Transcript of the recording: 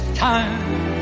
time